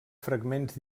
fragments